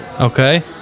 Okay